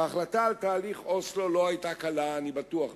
ההחלטה על תהליך אוסלו לא היתה קלה, אני בטוח בכך,